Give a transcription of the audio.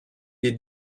des